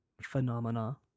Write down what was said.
phenomena